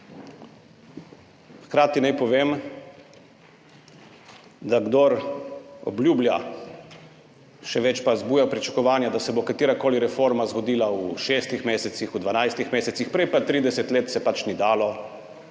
Hkrati naj povem, da kdor obljublja, še več pa vzbuja pričakovanja, da se bo katerakoli reforma zgodila v šestih mesecih, v 12 mesecih, prej pa 30 let se pač ni dalo,